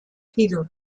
peter